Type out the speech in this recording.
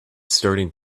starting